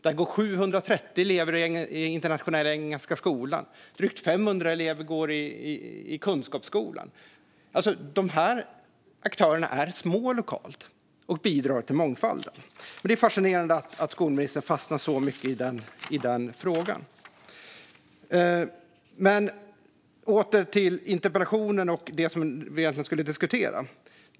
Där går 730 elever i Internationella Engelska Skolan. Drygt 500 elever går i Kunskapsskolan. Dessa aktörer är små lokalt, och de bidrar till mångfalden. Det är fascinerande att skolministern fastnar så mycket i den frågan. Åter till interpellationen och det som vi egentligen skulle diskutera.